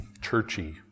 churchy